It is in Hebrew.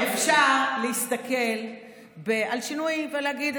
אפשר להסתכל על שינוי קטן ולהגיד,